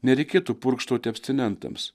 nereikėtų purkštauti abstinentams